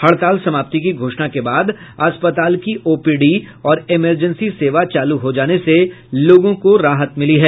हड़ताल समाप्ति की घोषणा के बाद अस्पताल की ओपीडी और इमरजेंसी सेवा चालू हो जाने से लोगों को राहत मिली है